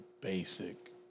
basic